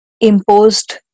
imposed